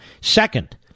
Second